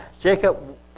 Jacob